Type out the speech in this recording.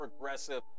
progressive